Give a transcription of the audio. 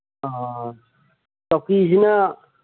ꯑꯥ ꯆꯧꯀꯤꯁꯤꯅ